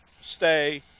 stay